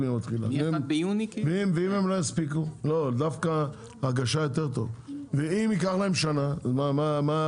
יותר טוב, ואם ייקח להם שנה, אז מה?